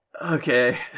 Okay